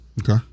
Okay